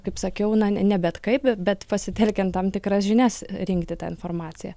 kaip sakiau na ne bet kaip bet pasitelkiant tam tikras žinias rinkti tą informaciją